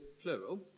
plural